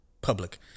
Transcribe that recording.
public